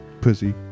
pussy